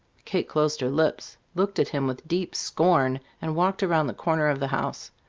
kate closed her lips, looked at him with deep scorn, and walked around the corner of the house.